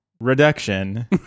reduction